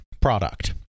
product